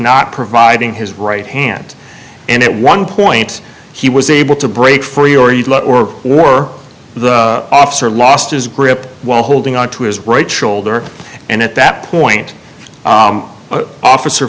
not providing his right hand and it one point he was able to break for your you or the officer lost his grip while holding onto his right shoulder and at that point officer